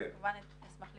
אני מצטערת אבל אני חייבת